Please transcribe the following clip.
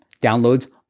downloads